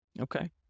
Okay